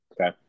Okay